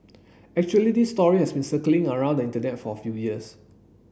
actually this story has been circling around the Internet for a few years